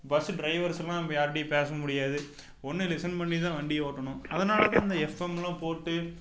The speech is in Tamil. பஸ் ட்ரைவர்ஸ்ஸெல்லாம் இப்போ யார்கிட்டையும் பேசமுடியாது ஒன்று லிசன் பண்ணிதான் வண்டியை ஓட்டணும் அதனாலதான் இந்த எஃப்எம்மெல்லாம் போட்டு